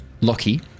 Loki